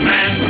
Man